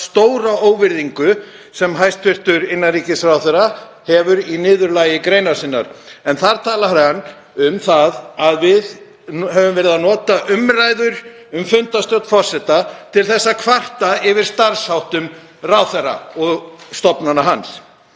stóra óvirðingu sem hæstv. innanríkisráðherra setur fram í niðurlagi greinar sinnar. Þar talar hann um að við höfum verið að nota umræður um fundarstjórn forseta til að kvarta yfir starfsháttum ráðherra og stofnana hans.